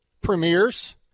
premieres